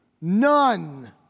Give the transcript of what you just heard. none